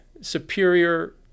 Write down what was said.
superior